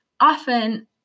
often